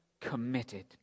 committed